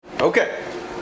okay